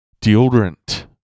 deodorant